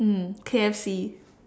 mm K_F_C